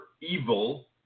evil